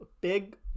big